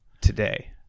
today